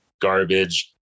garbage